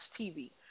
TV